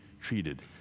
treated